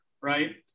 right